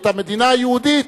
את המדינה היהודית,